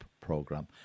program